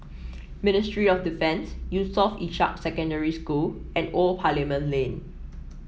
Ministry of Defence Yusof Ishak Secondary School and Old Parliament Lane